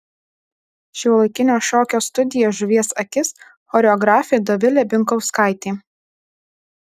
šiuolaikinio šokio studija žuvies akis choreografė dovilė binkauskaitė